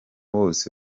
wose